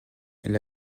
elle